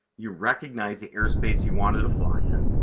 you recognized the airspace you wanted to fly in,